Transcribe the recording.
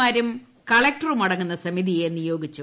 മാരും കളക്ടറും അടങ്ങുന്ന സമിതിയെ നിയോഗിച്ചു